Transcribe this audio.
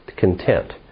content